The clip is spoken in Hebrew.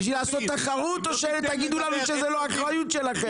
בשביל לעשות תחרות או שתגידו לנו שזה לא אחריות שלכם?